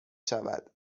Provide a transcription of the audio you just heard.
شود